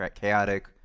chaotic